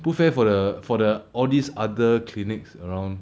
不 fair for the for the all these other clinics around